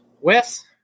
Wes